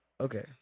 Okay